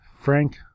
Frank